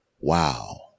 wow